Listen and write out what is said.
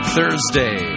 Thursday